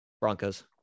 Broncos